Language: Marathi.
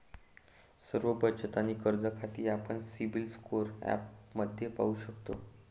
सर्व बचत आणि कर्ज खाती आपण सिबिल स्कोअर ॲपमध्ये पाहू शकतो